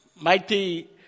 mighty